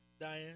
Diane